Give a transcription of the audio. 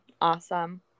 awesome